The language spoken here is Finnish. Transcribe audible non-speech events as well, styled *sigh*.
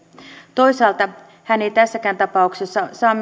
toisaalta hän ei tässäkään tapauksessa saa *unintelligible*